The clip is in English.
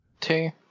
Two